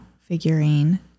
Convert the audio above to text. figurine